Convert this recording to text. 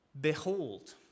behold